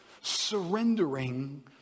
surrendering